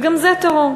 וגם זה טרור.